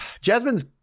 Jasmine's